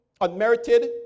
unmerited